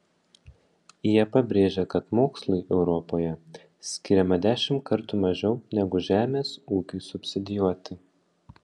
jie pabrėžia kad mokslui europoje skiriama dešimt kartų mažiau negu žemės ūkiui subsidijuoti